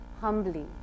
humbly